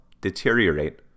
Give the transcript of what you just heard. deteriorate